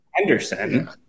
Anderson